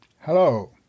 Hello